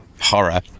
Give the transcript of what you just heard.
horror